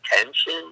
attention